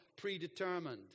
predetermined